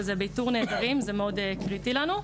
שזה באיתור נעדרים וזה מאוד קריטי לנו.